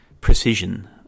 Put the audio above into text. precision